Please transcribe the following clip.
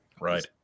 Right